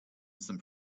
some